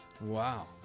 Wow